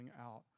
out